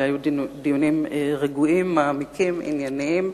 אלה היו דיונים רגועים, מעמיקים, ענייניים,